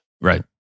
Right